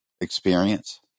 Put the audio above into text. experience